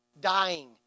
dying